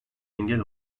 engel